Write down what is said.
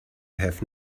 have